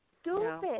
stupid